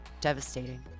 devastating